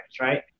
right